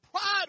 Pride